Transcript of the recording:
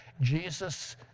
jesus